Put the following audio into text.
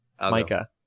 Micah